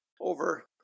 over